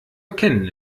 erkennen